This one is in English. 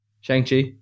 Shang-Chi